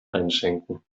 einschenken